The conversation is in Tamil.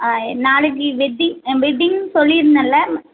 ஆ நாளைக்கு வெட்டிங் வெட்டிங்னு சொல்லி இருந்தேன்ல